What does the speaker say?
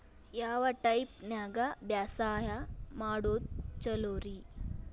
ಯಾವ ಟೈಪ್ ನ್ಯಾಗ ಬ್ಯಾಸಾಯಾ ಮಾಡೊದ್ ಛಲೋರಿ?